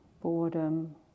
boredom